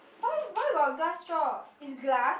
why why got glass straw is glass